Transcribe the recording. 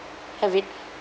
have it